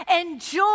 enjoy